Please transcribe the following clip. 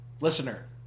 listener